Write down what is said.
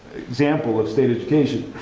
example of state education,